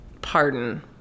pardon